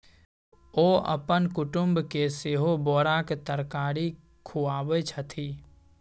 ओ अपन कुटुमके सेहो बोराक तरकारी खुआबै छथि